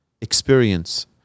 experience